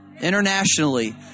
internationally